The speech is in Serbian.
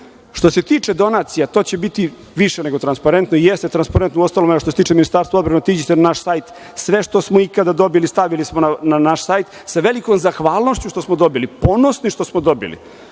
se tiče donacija, to će biti više nego transparentno, i jeste transparentno. Uostalom, evo, što se tiče Ministarstva odbrane, otiđite na naš sajt, sve što smo ikada dobili, stavili smo na naš sajt, sa velikom zahvalnošću što smo dobili, ponosni što smo dobili,